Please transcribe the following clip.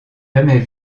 jamais